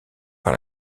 par